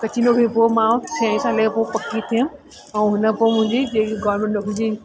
कची नौकिरी पोइ मां छहे साल जो पोइ पकी थियमि ऐं हुन पोइ मुंहिंजी जेकी गोरमेंट नौकिरी